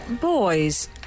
Boys